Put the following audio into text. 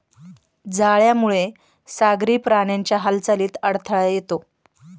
जाळ्यामुळे सागरी प्राण्यांच्या हालचालीत अडथळा येतो